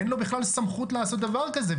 אין לו בכלל סמכות לעשות דבר כזה.